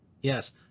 Yes